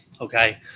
Okay